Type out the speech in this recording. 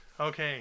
okay